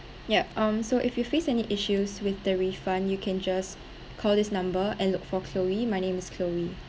yup um so if you face any issues with the refund you can just call this number and look for chloe my name is chloe